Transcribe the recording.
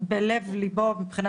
אנחנו כל הזמן בנושאים בוערים וחשובים